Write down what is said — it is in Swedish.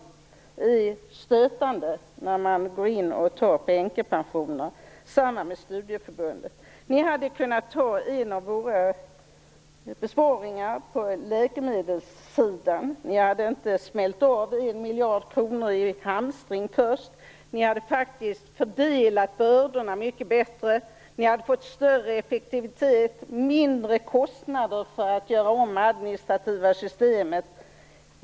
Det är stötande när man samtidigt går in och tar från änkepensionen. Detsamma gäller för studieförbunden. Ni hade kunnat genomföra en av våra föreslagna besparingar på läkemedelssidan. Då hade ni inte behövt offra 1 miljard kronor i hamstringskostnader. Ni hade faktiskt fördelat bördorna mycket bättre och det hade blivit större effektivitet. Kostnaderna för att göra om det administrativa systemet hade blivit lägre.